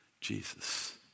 Jesus